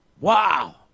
Wow